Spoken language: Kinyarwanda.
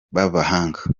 b’abahanga